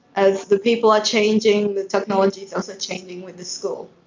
as the people are changing, the technology is also changing with the school.